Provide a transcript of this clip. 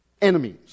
Enemies